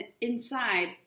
inside